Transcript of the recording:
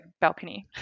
balcony